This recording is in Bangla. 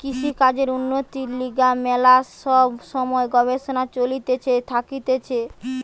কৃষিকাজের উন্নতির লিগে ম্যালা সব সময় গবেষণা চলতে থাকতিছে